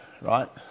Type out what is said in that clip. right